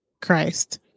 Christ